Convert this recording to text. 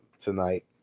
tonight